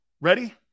Ready